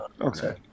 Okay